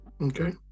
okay